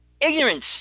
Ignorance